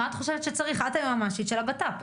את היועצת המשפטית של הבט"פ,